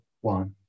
one